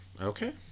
Okay